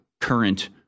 current